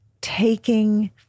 taking